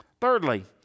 Thirdly